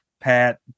Pat